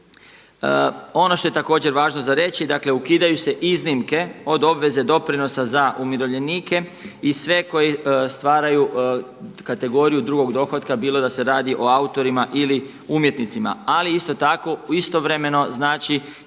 Ono što je također važno za reći, dakle ukidaju se iznimke od obveze doprinosa za umirovljenike i sve koji stvaraju kategoriju drugog dohotka bilo da se radi o autorima ili umjetnicima. Ali isto tako, istovremeno znači